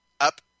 up